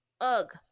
Ugh